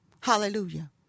Hallelujah